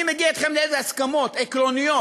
אני מגיע אתכם להסכמות עקרוניות,